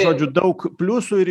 žodžiu daug pliusų ir